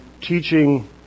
teaching